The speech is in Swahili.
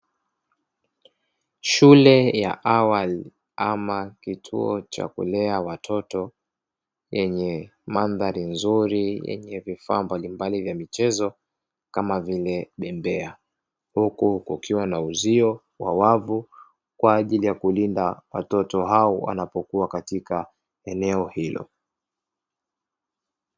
Shule ya awali ama kituo cha kulea watoto yenye mandhari nzuri yenye vifaa mbalimbali vya michezo kama vile; bembea, huku kukiwa na uzio wa wavu, kwa ajili ya kulinda watoto hao wanapokuwa katika eneo hilo.